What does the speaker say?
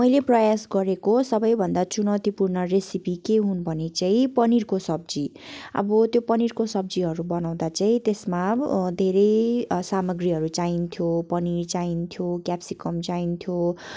मैले प्रयास गरेको सबैभन्दा चुनौतिपूर्ण रेसिपी के हुन् भने चाहिँ पनिरको सब्जी अब त्यो पनिरको सब्जीहरू बनाउँदा चाहिँ त्यसमा धेरै सामग्रीहरू चाहिन्थ्यो पनिर चाहिन्थ्यो क्याप्सिकम चाहिन्थ्यो